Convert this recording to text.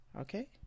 okay